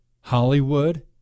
Hollywood